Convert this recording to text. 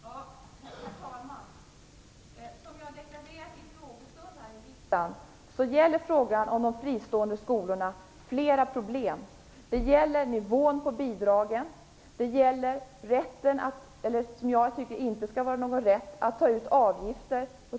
Herr talman! Som jag deklarerat i en frågestund i riksdagen berör frågan om de fristående skolorna flera problem. Det gäller nivån på bidragen, det gäller rätten att ta ut avgifter, vilket jag tycker inte skall vara någon rätt.